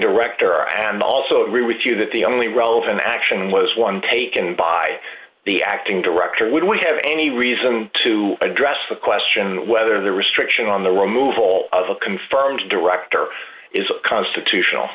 director and also agree with you that the only relevant action was one taken by the acting director would we have any reason to address the question whether the restriction on the removal of a confirmed director is a constitutional